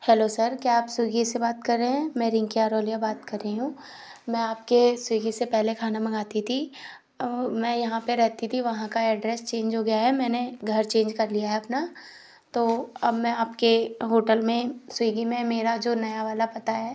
hello sir क्या आप Swiggy से बात कर रहे हैं मैं रिंकी आरोल्या बात कर रही हूँ मैं आपके स्विगी से पहले खाना मंगाती थी अ मैं यहाँ पर रहती थी वहाँ का एड्रेस चेंज हो गया है मैंने घर चेंज कर लिया है अपना तो अब मैं आपके होटल में स्विगी में मेरा जो नया वाला पता है